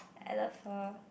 I love her